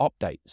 updates